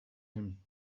him